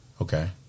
Okay